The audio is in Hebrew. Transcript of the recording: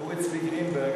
אורי צבי גרינברג,